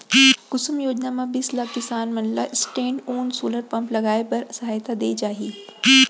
कुसुम योजना म बीस लाख किसान मन ल स्टैंडओन सोलर पंप लगाए बर सहायता दे जाही